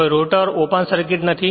હવે rotor open circuit નથી